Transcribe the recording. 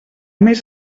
més